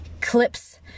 clips